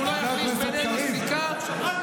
פחות צעקות במלחמה.